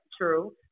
true